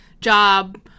job